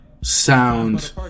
sound